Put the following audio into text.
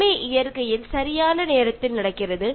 പക്ഷേ ഓരോന്നും അതിന്റെതായ സമയത്ത് അവിടെ നടക്കുന്നു